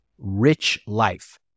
RICHLIFE